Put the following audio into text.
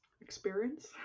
experience